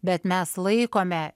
bet mes laikome